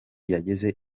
yageze